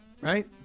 right